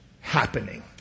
happening